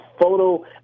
photo